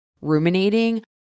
ruminating